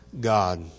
God